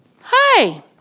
Hi